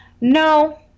no